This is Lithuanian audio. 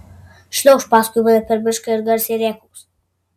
šliauš paskui mane per mišką ir garsiai rėkaus